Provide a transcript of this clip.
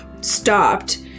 stopped